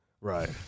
Right